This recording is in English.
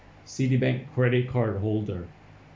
citibank credit card holder